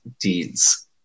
deeds